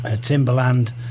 Timberland